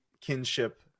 kinship